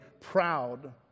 proud